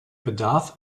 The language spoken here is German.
bedarf